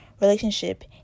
relationship